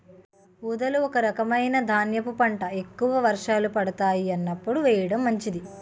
ఊదలు ఒక రకమైన ధాన్యపు పంట, ఎక్కువ వర్షాలు పడతాయి అన్నప్పుడు వేయడం మంచిది